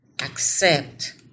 accept